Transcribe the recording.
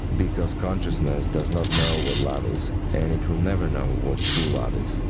because consciousness does not know what love is. and it will never know what true love is.